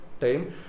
time